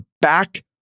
back